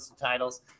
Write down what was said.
titles